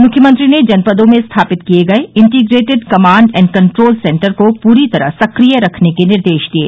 मुख्यमंत्री ने जनपदों में स्थापित किये गये integrated command and control centre को पूरी तरह सक्रिय रखने के निर्देश दिये